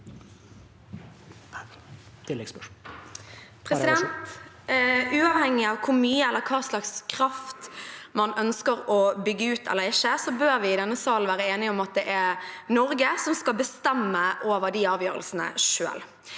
Uavhengig av hvor mye eller hva slags kraft man ønsker å bygge ut eller ikke, bør vi i denne salen være enige om at det er Norge som skal bestemme over de avgjørelsene selv.